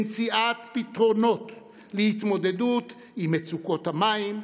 במציאת פתרונות להתמודדות עם מצוקות המים,